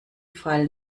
fall